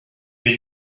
your